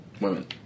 women